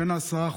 בן עשרה חודשים.